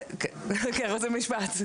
רק משפט,